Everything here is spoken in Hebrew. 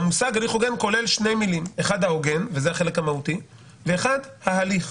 שתי מילים: הוגן, שהוא החלק המהותי, וההליך,